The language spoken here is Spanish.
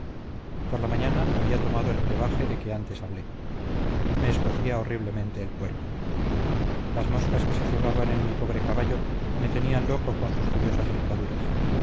por la mañana había tomado el brebaje de que antes hablé me escocía horriblemente el cuerpo las moscas que se cebaban en mi pobre caballo me tenían loco con sus furiosas picaduras